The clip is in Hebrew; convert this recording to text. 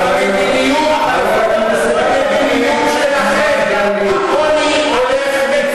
אדוני, אני מצפה ממך